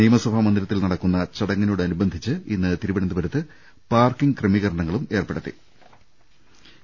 നിയമസഭാ മന്ദിരത്തിൽ നടക്കുന്ന ചട ങ്ങിനോടനുബന്ധിച്ച് ഇന്ന് തിരുവനന്തപുരത്ത് പാർക്കിംഗ് ക്രമീകരണ ങ്ങളും ഏർപ്പെടുത്തിയിട്ടുണ്ട്